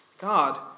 God